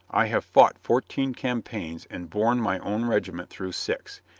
i have fought fourteen campaigns and borne my own regiment through six.